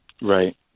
right